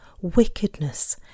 wickedness